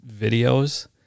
videos